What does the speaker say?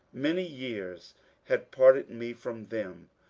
many years had parted me from them,